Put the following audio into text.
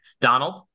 Donald